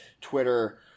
Twitter